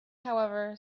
however